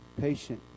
patient